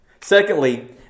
Secondly